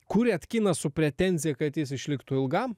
kuriat kiną su pretenzija kad jis išliktų ilgam